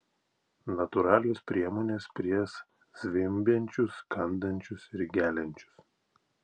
natūralios priemonės prieš zvimbiančius kandančius ir geliančius